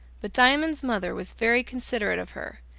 but diamond's mother was very considerate of her,